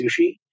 sushi